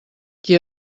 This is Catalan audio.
qui